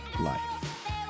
Life